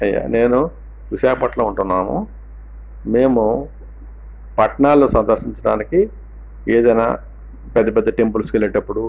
నేను విశాఖపట్నంలో ఉంటున్నాము మేము పట్నాలు సందర్శించడానికి ఏదైనా పెద్దపెద్ద టెంపుల్స్కు వెళ్లేటప్పుడు